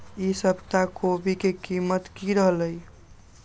ई सप्ताह कोवी के कीमत की रहलै?